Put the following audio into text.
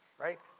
right